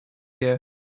year